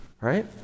right